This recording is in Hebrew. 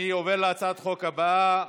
אני עובר להצעת החוק הבאה.